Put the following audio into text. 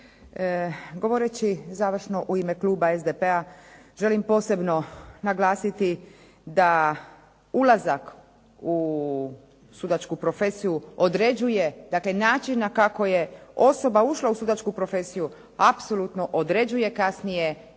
Govoreći završno u ime kluba SDP-a želim posebno naglasiti da ulazak u sudačku profesiju određuje dakle način na kako je osoba ušla u sudačku profesiju apsolutno određuje kasnije